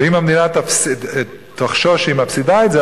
ואם המדינה תחשוש שהיא מפסידה את זה,